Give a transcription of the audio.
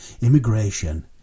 Immigration